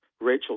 Rachel